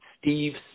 Steve